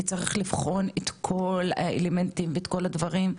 כי צריך לבחון את כל האלמנטים ואת כל הדברים,